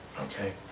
Okay